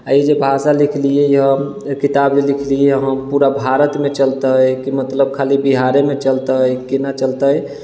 आओर ई जे भाषा लिखलियै हम किताब जे लिखलियै हम पूरा भारतमे चलतै कि मतलब खाली बिहारेमे चलतै कि नहि चलतै